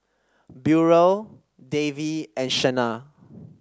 Burrell Davy and Shenna